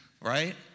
right